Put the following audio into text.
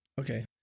Okay